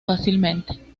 fácilmente